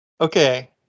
Okay